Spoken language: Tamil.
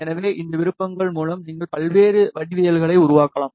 எனவே இந்த விருப்பங்கள் மூலம் நீங்கள் பல்வேறு வடிவவியல்களை உருவாக்கலாம்